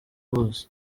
bose